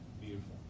beautiful